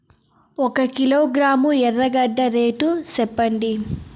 ఒక కిలోగ్రాము ఎర్రగడ్డ రేటు సెప్పండి?